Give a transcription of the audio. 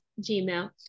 gmail